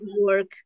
work